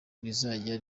rizajya